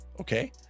okay